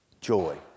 Joy